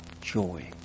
joy